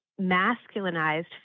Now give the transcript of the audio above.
masculinized